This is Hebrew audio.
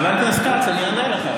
חבר הכנסת כץ, אני עונה לך.